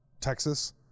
Texas